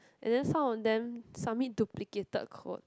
and then some of them submit duplicate code